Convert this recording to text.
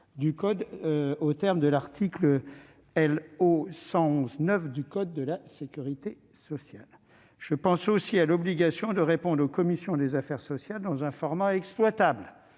d'obtenir aux termes de l'article L.O. 111-9 du code de la sécurité sociale. Je pense aussi à l'obligation de répondre aux commissions des affaires sociales dans un format exploitable,